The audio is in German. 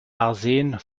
arsen